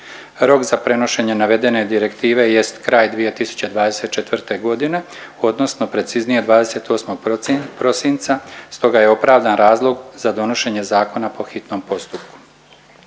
Rok za prenošenje navedene direktive jest kraj 2024.g. odnosno preciznije 28. prosinca, stoga je opravdan razlog za donošenje zakona po hitnom postupku.